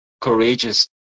courageous